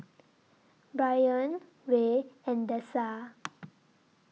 Bryan Rey and Dessa